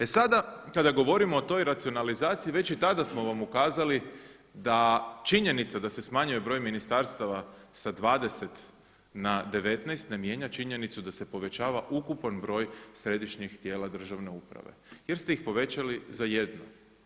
E sada kada govorimo o toj racionalizaciji već i tada smo vam ukazali da činjenica da se smanjuje broj ministarstava sa 20 na 19 ne mijenja činjenicu da se povećava ukupan broj središnjih tijela državne uprave jer ste ih povećali za jedno.